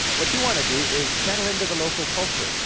what you want to do is settle into the local culture.